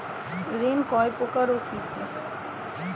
ঋণ কয় প্রকার ও কি কি?